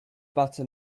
butter